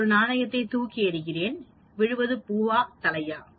ஒரு நாணயத்தைத் தூக்கி எரிகிறேன் விழுவது பூவா தலையா